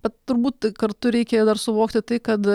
bet turbūt kartu reikia dar suvokti tai kad